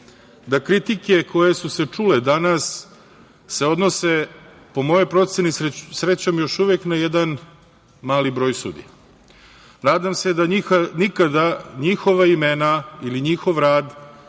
da kritike koje su se čule danas se odnose, po mojoj proceni, srećom još uvek na jedan mali broj sudija. Nadam se da nikada njihova imena, ili njihov rad